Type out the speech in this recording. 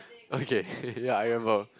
okay ya I remember